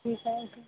ठीक है ओके